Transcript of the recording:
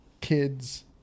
kids